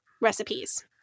recipes